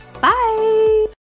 Bye